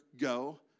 go